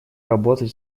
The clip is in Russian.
работать